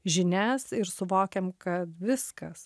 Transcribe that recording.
žinias ir suvokiam kad viskas